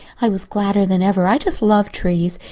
i was gladder than ever. i just love trees.